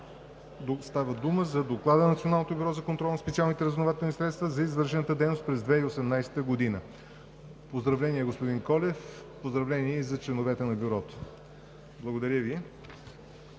се 6. Докладът на Националното бюро за контрол на специалните разузнавателни средства за извършената дейност през 2018 г. е приет. Поздравления, господин Колев! Поздравления и за членовете на Бюрото! Благодаря Ви.